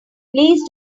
please